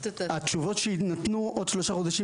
התשובות שינתנו עוד שלושה חודשים,